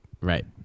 Right